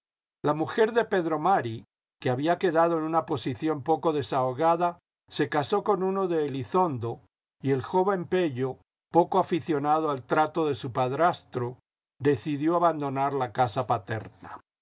la mujer de pedro mari que había quedado en una posición poco desahogada se casó con uno de elizondo y el joven pello poco aficionado al trato de su padrastro decidió abandonar la casa paterna